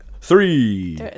three